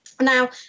now